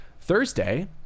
Thursday